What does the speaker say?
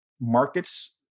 markets